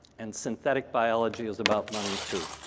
and synthetic biology is about money too.